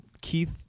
keith